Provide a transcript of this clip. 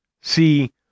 See